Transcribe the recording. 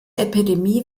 epidemie